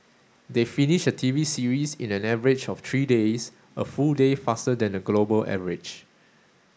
they finish a T V series in an average of three days a full day faster than the global average